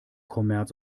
kommerz